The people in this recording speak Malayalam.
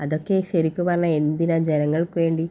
അതൊക്കെ ശരിക്ക് പറഞ്ഞാൽ എന്തിനാണ് ജനങ്ങൾക്ക് വേണ്ടി